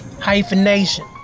Hyphenation